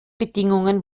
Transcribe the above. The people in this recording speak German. bedingungen